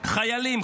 חיילים,